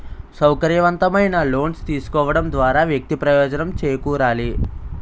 సౌకర్యవంతమైన లోన్స్ తీసుకోవడం ద్వారా వ్యక్తి ప్రయోజనం చేకూరాలి